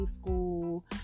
school